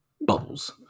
Bubbles